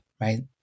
right